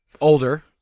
older